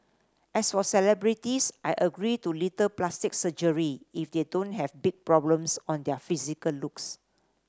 as for celebrities I agree to little plastic surgery if they don't have big problems on their physical looks